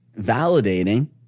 validating